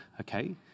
okay